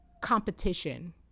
competition